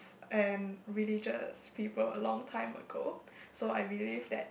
and religious people a long time ago so I believe that